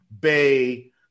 Bay